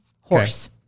Horse